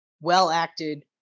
well-acted